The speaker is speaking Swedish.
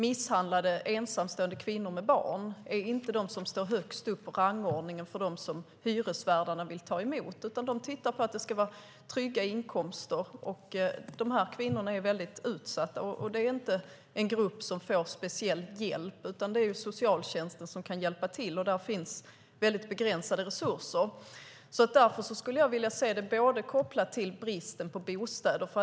Misshandlade ensamstående kvinnor med barn inte är de som står högst upp på rangordningen för dem som hyresvärdarna vill ta emot. De tittar på att det ska vara trygga inkomster. Dessa kvinnor är väldigt utsatta. Det är inte en grupp som får speciell hjälp. Det är socialtjänsten som kan hjälpa till, och där finns väldigt begränsade resurser. Jag skulle därför vilja se det kopplat till bristen på bostäder.